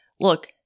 look